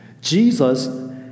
Jesus